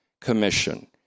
commission